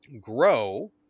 Grow